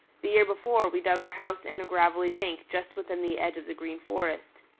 the year before we dug our house in a gravelly bank just within the edge of the green forest.